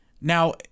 Now